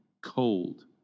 Cold